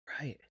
Right